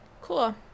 Cool